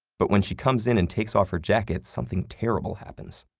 but when she comes in and takes off her jacket, something terrible happens.